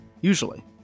Usually